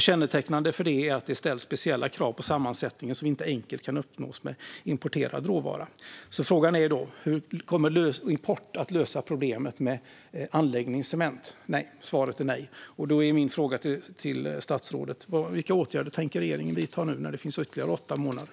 Kännetecknande för det är att det ställs speciella krav på sammansättningen, vilka inte enkelt kan uppfyllas med importerad råvara. Frågan är då: Kommer import att lösa problemet med anläggningscement? Svaret är nej. Då är min fråga till statsrådet: Vilka åtgärder tänker regeringen vidta nu när det finns ytterligare åtta månader?